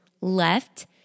left